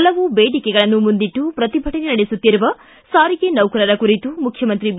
ಪಲವು ಬೇಡಿಕೆಗಳನ್ನು ಮುಂದಿಟ್ಟು ಶ್ರತಿಭಟನೆ ನಡೆಸುತ್ತಿರುವ ಸಾರಿಗೆ ನೌಕರರ ಕುರಿತು ಮುಖ್ಯಮಂತ್ರಿ ಬಿ